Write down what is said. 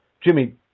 Jimmy